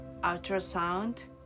ultrasound